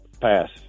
Pass